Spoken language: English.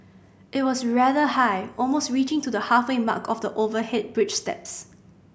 it was rather high almost reaching to the halfway mark of the overhead bridge steps